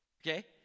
okay